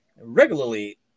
regularly